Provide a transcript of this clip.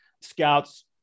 scouts